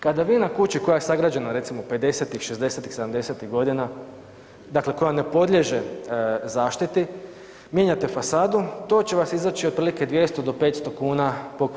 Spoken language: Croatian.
Kada vi na kući koja je sagrađena recimo '50.-tih, '60.-tih, '70.-tih godina, dakle koja ne podliježe zaštiti mijenjate fasadu to će vas izaći otprilike 200 do 500 kuna po m2.